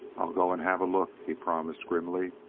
i'll go and have a look, he promised grimly.